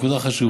זו נקודה חשובה,